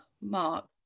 Mark